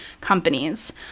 companies